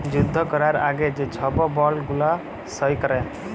যুদ্ধ ক্যরার আগে যে ছব বল্ড গুলা সই ক্যরে